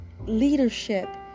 leadership